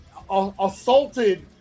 assaulted